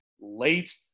late